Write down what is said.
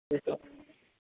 ठीकु आहे